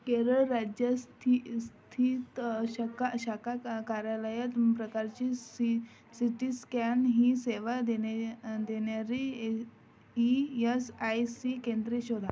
केरळ राज्या स्थि स्थित शका शाखा का कार्यालयात प्रकारची सी सीती स्कॅन ही सेवा देणे देणारी ई ईयसआयसी केंद्रे शोधा